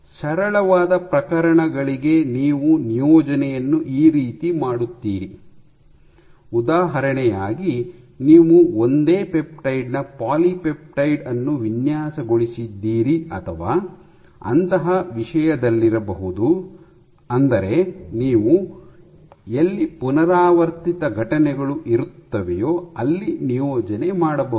ಸರಳವಾದ ಪ್ರಕರಣಗಳಿಗೆ ನೀವು ನಿಯೋಜನೆಯನ್ನು ಈ ರೀತಿ ಮಾಡುತ್ತೀರಿ ಉದಾಹರಣೆಯಾಗಿ ನೀವು ಒಂದೇ ಪೆಪ್ಟೈಡ್ ನ ಪಾಲಿಪೆಪ್ಟೈಡ್ ಅನ್ನು ವಿನ್ಯಾಸಗೊಳಿಸಿದ್ದೀರಿ ಅಥವಾ ಅಂತಹ ವಿಷಯದಲ್ಲಿರಬಹುದು ಅಂದರೆ ಎಲ್ಲಿ ನೀವು ಪುನರಾವರ್ತಿತ ಘಟಕಗಳು ಇರುತ್ತವೆಯೋ ಅಲ್ಲಿ ನಿಯೋಜನೆ ಮಾಡಬಹುದು